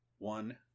One